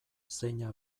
zeina